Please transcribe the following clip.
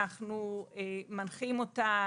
אנחנו מנחים אותם,